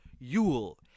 Yule